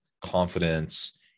confidence